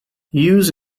use